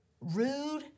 rude